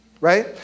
Right